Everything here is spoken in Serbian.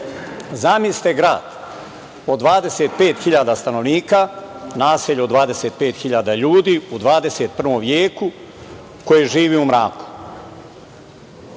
Zamislite grad od 25.000 stanovnika, naselje od 25.000 ljudi u 21. veku koji živi u